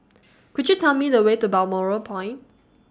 Could YOU Tell Me The Way to Balmoral Point